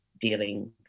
dealing